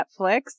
Netflix